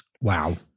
Wow